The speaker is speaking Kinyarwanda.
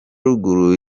ruguru